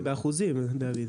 זה באחוזים דוד,